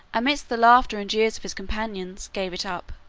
amidst the laughter and jeers of his companions, gave it up.